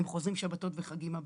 הם חוזרים שבתות וחגים הביתה.